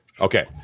Okay